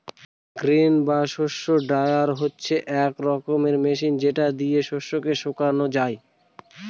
grain বা শস্য dryer হচ্ছে এক রকমের মেশিন যেটা দিয়ে শস্যকে শুকানো যায়